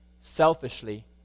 selfishly